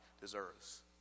deserves